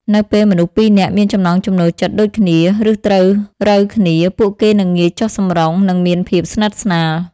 នៅពេលមនុស្សពីរនាក់មានចំណង់ចំណូលចិត្តដូចគ្នា ឬត្រូវរ៉ូវគ្នា ពួកគេនឹងងាយចុះសម្រុង និងមានភាពស្និទ្ធស្នាល។